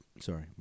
Sorry